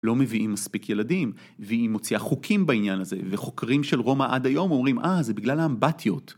‫לא מביאים מספיק ילדים, ‫והיא מוציאה חוקים בעניין הזה, ‫וחוקרים של רומא עד היום אומרים, ‫אה, זה בגלל האמבטיות.